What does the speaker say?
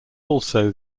also